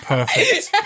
Perfect